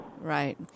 right